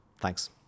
thanks